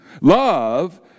Love